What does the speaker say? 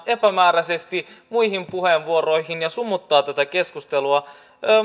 epämääräisesti muihin puheenvuoroihin ja sumuttaa tätä keskustelua